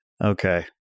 Okay